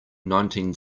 nineteen